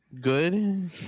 good